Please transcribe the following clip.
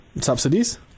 subsidies